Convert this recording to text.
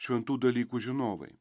šventų dalykų žinovai